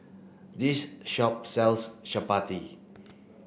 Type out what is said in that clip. this shop sells Chapati